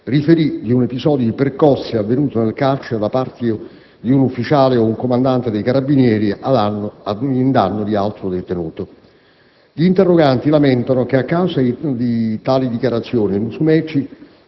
riferì di un episodio di percosse avvenuto nel carcere da parte di un ufficiale o un comandante dei Carabinieri in danno di altro detenuto. Gli interroganti lamentano che a causa di tali dichiarazioni il Musumeci